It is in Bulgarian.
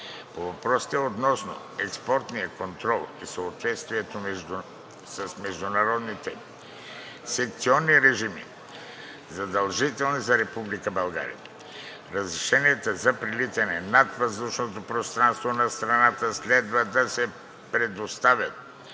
По въпросите относно експортния контрол и съответствието с международните санкционни режими, задължителни за Република България, разрешенията за прелитане над въздушното пространство на страната следва да се предоставят